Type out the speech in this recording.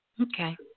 Okay